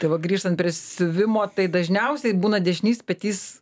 tai va grįžtant prie siuvimo tai dažniausiai būna dešinys petys